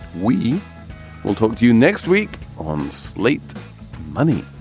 we will talk to you next week on slate money